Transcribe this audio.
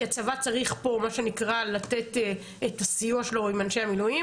כי הצבא צריך פה מה שנקרא לתת את הסיוע שלו עם אנשי המילואים,